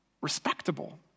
respectable